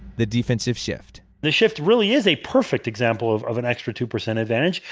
the defensive shift the shift really is a perfect example of of an extra two percent advantage.